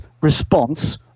response